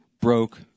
broke